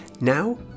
now